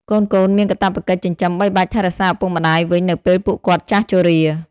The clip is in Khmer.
កូនៗមានកាតព្វកិច្ចចិញ្ចឹមបីបាច់ថែរក្សាឪពុកម្តាយវិញនៅពេលពួកគាត់ចាស់ជរា។